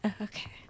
Okay